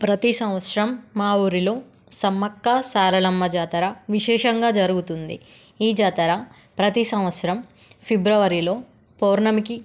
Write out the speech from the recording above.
ప్రతి సంవత్సరం మా ఊరిలో సమ్మక్క సారలమ్మ జాతర విశేషంగా జరుగుతుంది ఈ జాతర ప్రతి సంవత్సరం ఫిబ్రవరిలో పౌర్ణమికి